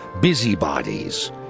busybodies